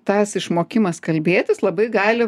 tas išmokimas kalbėtis labai gali